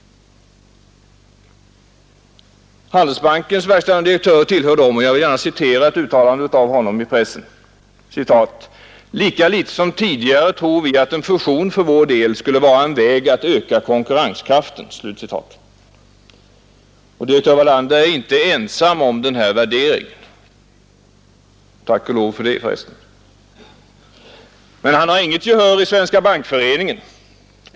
Handelsbankens verkställande direktör tillhör dem, och jag vill gärna citera ett uttalande av honom i pressen: ”Lika lite som tidigare tror vi att en fusion för vår del skulle vara en väg att öka konkurrenskraften.” Direktör Wallander är inte ensam om den här värderingen — tack och lov för det för övrigt — men han har inget gehör i Svenska bankföreningen.